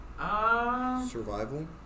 Survival